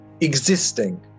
existing